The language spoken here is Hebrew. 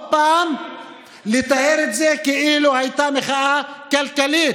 פעם לתאר את זה כאילו הייתה מחאה כלכלית,